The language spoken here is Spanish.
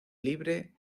libre